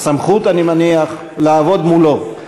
בסמכות, אני מניח, לעבוד מולו.